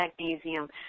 magnesium